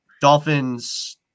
Dolphins